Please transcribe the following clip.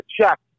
check